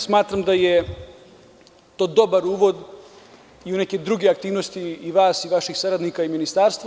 Smatram da je to dobar uvod i u neke druge aktivnosti i vas i vaših saradnika i Ministarstva.